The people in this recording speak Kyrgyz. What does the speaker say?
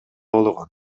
болгон